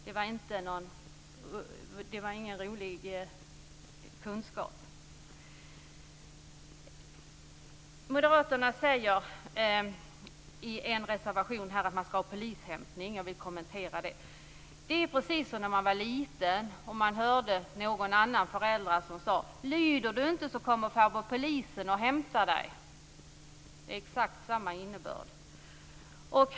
Det var inte någon rolig kunskap att ta del av. Moderaterna säger i en reservation att man skall ha polishämtning. Jag vill kommentera det. Det är precis som när man var liten och hörde någon annans föräldrar säga: Lyder det inte så kommer farbror polisen och hämtar dig. Det är exakt samma innebörd i reservationen.